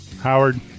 Howard